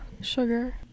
sugar